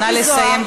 נא לסיים,